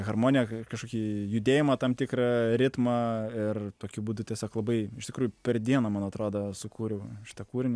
harmoniją kažkokį judėjimą tam tikrą ritmą ir tokiu būdu tiesiog labai iš tikrųjų per dieną man atrodo sukūriau tą kūrinį